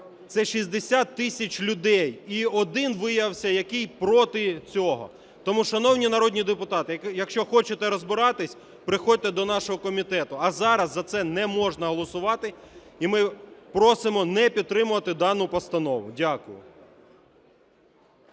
Це 60 тисяч людей, і один виявився, який проти цього. Тому, шановні народні депутати, якщо хочете розбиратись, приходьте до нашого комітету. А зараз за це не можна голосувати. І ми просимо не підтримувати дану постанову. Дякую.